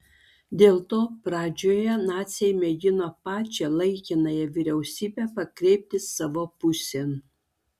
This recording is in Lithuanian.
dėl to pradžioje naciai mėgino pačią laikinąją vyriausybę pakreipti savo pusėn